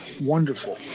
Wonderful